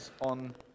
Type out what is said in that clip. on